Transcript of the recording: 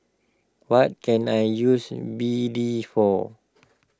what can I use B D for